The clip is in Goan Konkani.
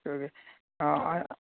ओके आं